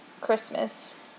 Christmas